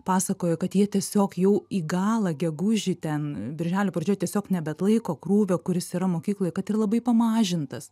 pasakojo kad jie tiesiog jau į galą gegužį ten birželio pradžioj tiesiog nebeatlaiko krūvio kuris yra mokykloj kad ir labai pamažintas